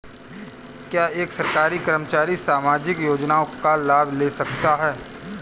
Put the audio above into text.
क्या एक सरकारी कर्मचारी सामाजिक योजना का लाभ ले सकता है?